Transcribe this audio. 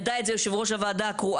ידע את זה יושב ראש הוועדה הקרואה.